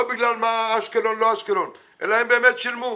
לא בגלל אשקלון או לא אשקלון אלא הם באמת שילמו.